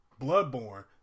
Bloodborne